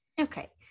Okay